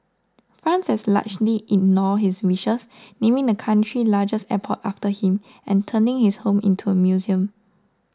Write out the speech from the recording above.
France has largely ignored his wishes naming the country's largest airport after him and turning his home into a museum